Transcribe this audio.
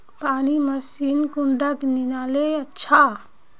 पानी मशीन कुंडा किनले अच्छा?